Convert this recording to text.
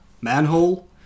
manhole